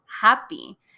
happy